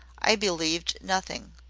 i believed nothing.